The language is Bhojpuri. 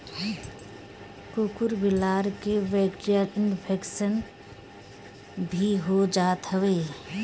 कुकूर बिलार के बैक्टीरियल इन्फेक्शन भी हो जात हवे